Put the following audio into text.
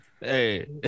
hey